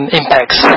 impacts